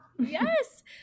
yes